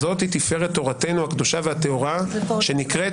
זאת היא תפארת תורתנו הקדושה והטהורה שנקראת